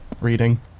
reading